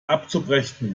abzubrechen